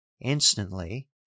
Instantly